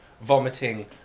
vomiting